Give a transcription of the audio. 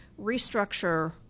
restructure